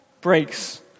breaks